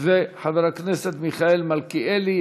וחבר הכנסת מיכאל מלכיאלי.